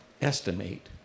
estimate